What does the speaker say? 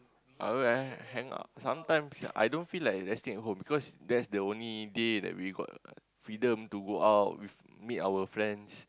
alright hang out sometimes I don't feel like resting at home because that is the only day that we got freedom to go out with meet our friends